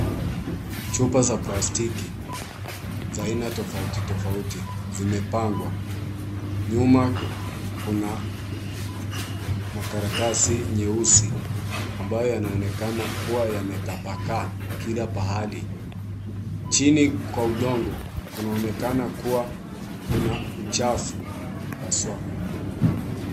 Chupa za plastiki za aina tofauti tofauti, zimepangwa. Nyuma kuna makaratasi nyeusi, ambayo yanaonekana kuwa yametapakaa kila pahali. Chini kwa udongo, kunaonekana kuwa kuna uchafu, haswa.